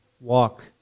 walk